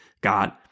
God